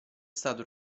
stato